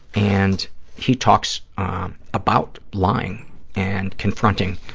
and he talks um about lying and confronting